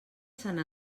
sant